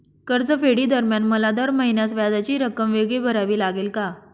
कर्जफेडीदरम्यान मला दर महिन्यास व्याजाची रक्कम वेगळी भरावी लागेल का?